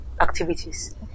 activities